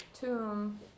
tomb